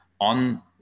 on